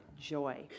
joy